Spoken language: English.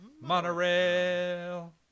monorail